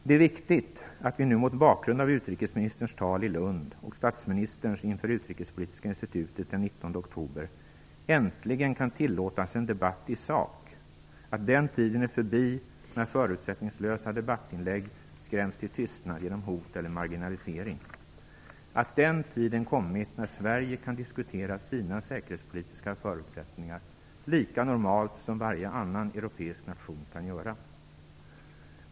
Det är viktigt att vi nu mot bakgrund av utrikesministerns tal i Lund och statsministerns inför Utrikespolitiska institutet den 19 oktober äntligen kan tillåta oss en debatt i sak, att den tiden är förbi när förutsättningslösa debattinlägg skräms till tystnad genom hot eller marginalisering. Att den tiden kommit när Sverige kan diskutera sina säkerhetspolitiska förutsättningar lika normalt som varje annan europeisk nation kan göra.